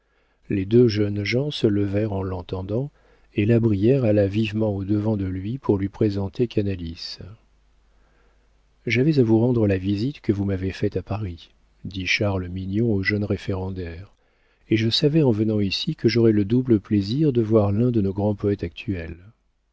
les deux jeunes gens se levèrent en l'entendant et la brière alla vivement au-devant de lui pour lui présenter canalis j'avais à vous rendre la visite que vous m'avez faite à paris dit charles mignon au jeune référendaire et je savais en venant ici que j'aurais le double plaisir de voir l'un de nos grands poëtes actuels